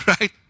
Right